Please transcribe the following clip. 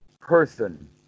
person